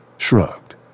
Shrugged